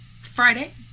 Friday